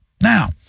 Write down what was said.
Now